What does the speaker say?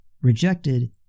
rejected